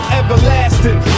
everlasting